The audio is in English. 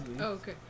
okay